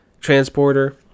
transporter